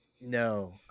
no